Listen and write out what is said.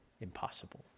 impossible